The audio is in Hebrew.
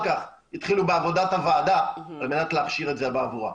כך התחילו בעבודת הוועדה על מנת להכשיר את זה בעבורה.